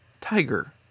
tiger